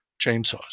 chainsaws